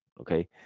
Okay